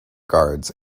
guards